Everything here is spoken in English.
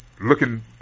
looking